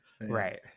right